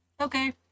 Okay